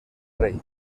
rey